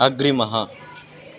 अग्रिमः